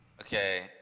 Okay